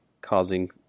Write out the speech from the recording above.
causing